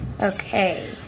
Okay